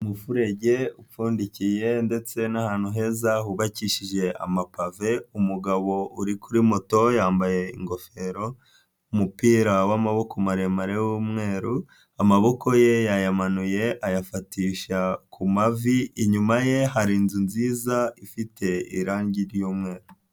umufere upfundikiye ndetse n'ahantu heza hubakishije amapave, umugabo uri kuri moto yambaye ingofero, umupira w'amaboko maremare w'umweru, amaboko ye yayamanuye, ayafatisha ku mavi, inyuma ye hari inzu nziza, ifite irangi ry'umweru.